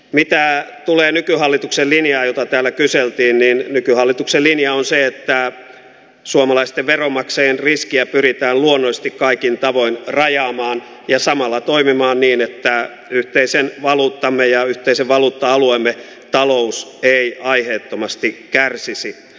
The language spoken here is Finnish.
mitä tulee nykyhallituksen linjaan jota täällä kyseltiin niin nykyhallituksen linja on se että suomalaisten veronmaksajien riskiä pyritään luonnollisesti kaikin tavoin rajaamaan ja samalla toimimaan niin että yhteisen valuuttamme ja yhteisen valuutta alueemme talous ei aiheettomasti kärsisi